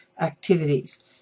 activities